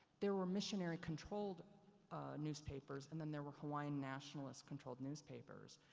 there were missionary controlled newspapers and then there were hawaiian nationalist controlled newspapers.